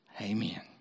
Amen